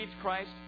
Christ